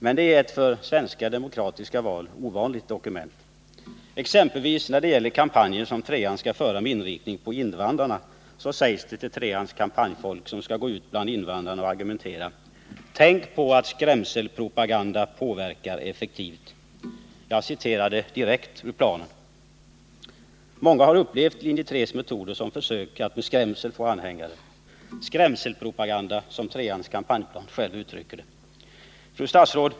Men det är ett för svenska demokratiska val ovanligt dokument. Exempelvis när det gäller kampanjen som linje 3 skall föra med inriktning på invandrarna sägs det till linje 3:s kampanjfolk som skall gå ut bland invandrarna och argumentera: Tänk på att skrämselpropaganda påverkar effektivt. — Jag citerade detta direkt ur planen. Många har upplevt linje 3:s metoder som försök att med skrämsel få anhängare — ”skrämselpropaganda”, som man i linje 3:s kampanjfolder uttrycker det. Fru statsråd!